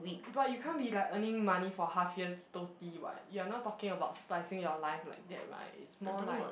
but you can't be like earning money for half year totally [what] you are now talking about spicing your life like that right it's more like